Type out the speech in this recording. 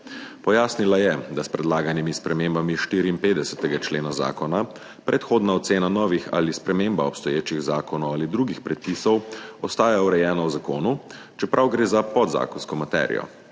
Pojasnila je, da s predlaganimi spremembami 54. člena Zakona predhodna ocena novih ali sprememba obstoječih zakonov ali drugih predpisov ostaja urejena v zakonu, čeprav gre za podzakonsko materijo.